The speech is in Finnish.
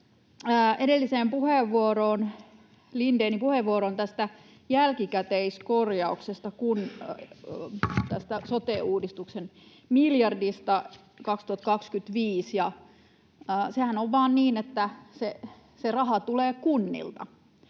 edelliseen, Lindénin puheenvuoroon tästä jälkikäteiskorjauksesta, tästä sote-uudistuksen miljardista 2025. Sehän on vaan niin, että se raha tulee kunnilta,